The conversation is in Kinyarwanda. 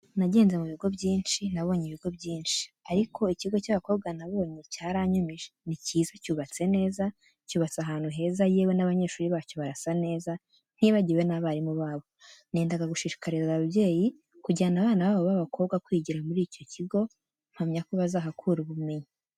Nagenze mu bigo byinshi, nabonye ibigo byishi ariko ikigo cy'abakobwa nabonye cyaranyumije. Ni cyiza cyubatse neza, cyubatse ahantu heza yewe n'abanyeshuri bacyo barasa neza ntibagiwe n'abarimu babo. Nendaga gushishikariza ababyeyi kujyana abana babo b'abakobwa kwigira kuri iki kigo mpamya ko bazahakura ubumenyi.